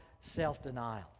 self-denial